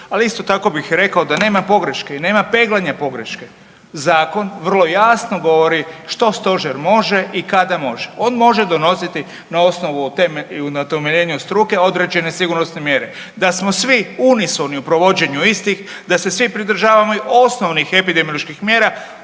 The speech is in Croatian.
ali isto tako bih rekao da nema pogreške i nema peglanja pogreške. Zakon vrlo jasno govori što stožer može i kada može, on može donositi na osnovu i na temeljenju struke određene sigurnosne mjere, da smo svi unisoni u provođenju istih, da se svi pridržavamo osnovnih epidemioloških mjera